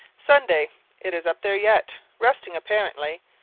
sunday it is up there yet. resting, apparently.